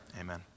Amen